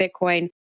Bitcoin